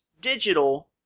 digital